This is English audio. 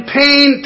pain